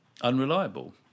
unreliable